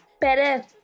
better